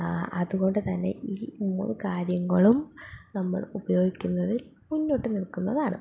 അതുകൊണ്ട് തന്നെ ഈ മൂന്ന് കാര്യങ്ങളും നമ്മൾ ഉപയോഗിക്കുന്നതിൽ മുന്നോട്ട് നിൽക്കുന്നതാണ്